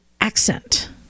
accent